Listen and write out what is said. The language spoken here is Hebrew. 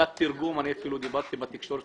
בעניין התרגום אני אפילו דיברתי בתקשורת